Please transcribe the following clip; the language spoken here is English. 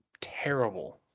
terrible